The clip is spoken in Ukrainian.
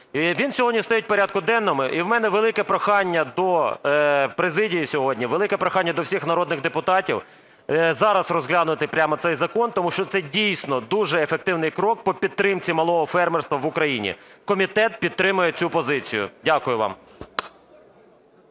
він сьогодні стоїть в порядку денному. І в мене велике прохання до президії сьогодні, велике прохання до всіх народних депутатів прямо зараз розглянути цей закон, тому що це дійсно дуже ефективний крок по підтримці малого фермерства в Україні. Комітет підтримує цю позицію. Дякую вам.